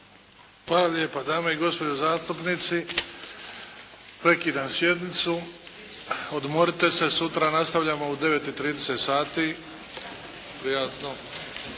Hvala lijepa. Dame i gospodo zastupnici, prekidam sjednicu. Odmorite se. Sutra nastavljamo u 9,30 sati. **Bebić,